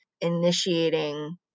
initiating